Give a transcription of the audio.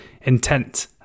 intent